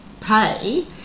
pay